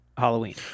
halloween